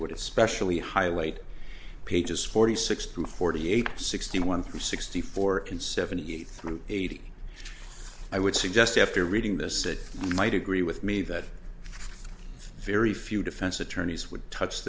would especially highlight pages forty six to forty eight sixty one through sixty four and seventy eight through eighty i would suggest after reading this that might agree with me that very few defense attorneys would touch